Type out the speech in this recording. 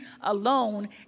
alone